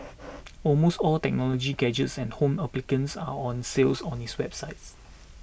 almost all technology gadgets and home appliances are on sale on its website